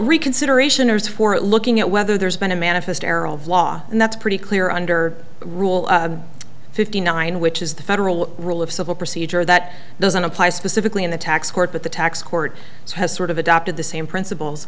for looking at whether there's been a manifest error of law and that's pretty clear under rule fifty nine which is the federal rule of civil procedure that doesn't apply specifically in the tax court but the tax court has sort of adopted the same principles